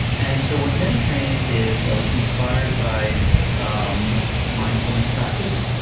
and so what meta train is i was inspired by um mindfulness practice,